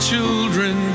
children